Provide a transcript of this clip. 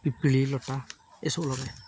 ପିପିଳି ଲତା ଏସବୁ ଲଗା